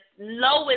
lowest